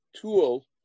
tool